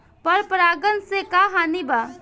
पर परागण से का हानि बा?